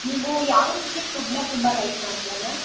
ನೀವು ಯಾವ ರೀತಿ ಫುಡ್ಡನ್ನ ತುಂಬ ಲೈಕ್ ಮಾಡ್ತೀರಾ ಮ್ಯಾಮ್